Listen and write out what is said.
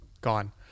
gone